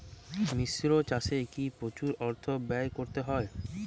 মিশ্র চাষে কি প্রচুর অর্থ ব্যয় করতে হয়?